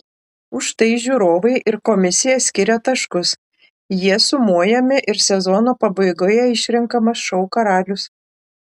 už tai žiūrovai ir komisija skiria taškus jie sumojami ir sezono pabaigoje išrenkamas šou karalius